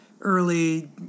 early